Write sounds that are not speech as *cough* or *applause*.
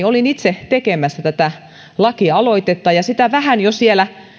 *unintelligible* olin itse tekemässä tästä lakialoitetta ja sitä vähän jo